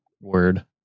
word